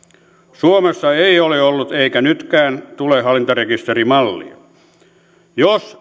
suomessa ei ole ollut eikä nytkään tänne tule hallintarekisterimallia jos